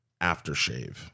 aftershave